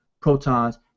protons